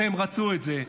והם רצו את זה.